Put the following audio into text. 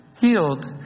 healed